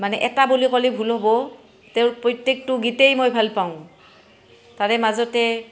মানে এটা বুলি ক'লে ভুল হ'ব তেওঁৰ প্ৰত্যেকটো গীতেই মই ভাল পাওঁ তাৰে মাজতে